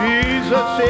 Jesus